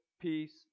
peace